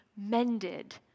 mended